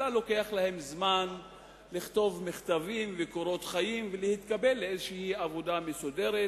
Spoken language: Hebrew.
אלא לוקח להם זמן לכתוב מכתבים וקורות חיים ולהתקבל לאיזו עבודה מסודרת,